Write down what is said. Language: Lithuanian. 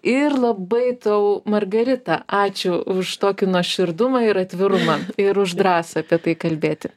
ir labai tau margarita ačiū už tokį nuoširdumą ir atvirumą ir už drąsą apie tai kalbėti